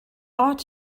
ought